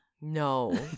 No